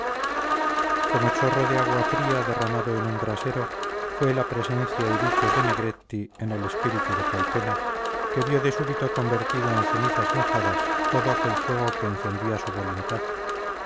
como chorro de agua fría derramado en un brasero fue la presencia y dichos de negretti en el espíritu de calpena que vio de súbito convertido en cenizas mojadas todo aquel fuego que encendía su voluntad